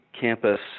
campus